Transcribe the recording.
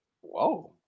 Whoa